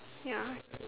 ya